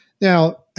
Now